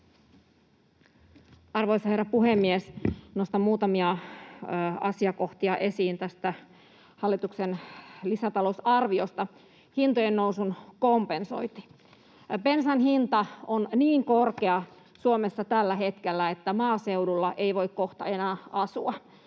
Arvoisa herra puhemies! Nostan muutamia asiakohtia esiin tästä hallituksen lisätalousarviosta. Hintojen nousun kompensointi: Bensan hinta on Suomessa tällä hetkellä niin korkea, että maaseudulla ei voi kohta enää asua.